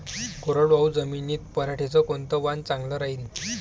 कोरडवाहू जमीनीत पऱ्हाटीचं कोनतं वान चांगलं रायीन?